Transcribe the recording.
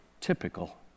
typical